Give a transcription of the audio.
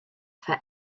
for